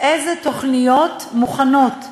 אילו תוכניות מוכנות יש,